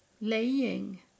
laying